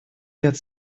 ряд